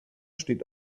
steht